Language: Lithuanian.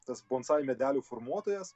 tas bonsai medelių formuotojas